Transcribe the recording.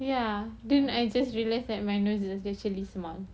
ya then I just realise that my nose is actually small